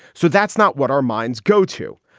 so that's not what our minds go to.